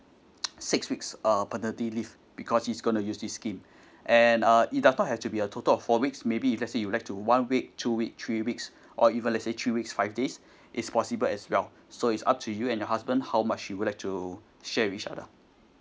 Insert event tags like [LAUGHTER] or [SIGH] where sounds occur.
[NOISE] six weeks uh paternity leave because he's gonna use this scheme and uh it does not have to be a total of four weeks maybe if lets say you like to one week two weeks three weeks or even lets say three weeks five days it's possible as well so it's up to you and your husband how much you would like to share with each other